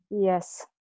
Yes